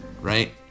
right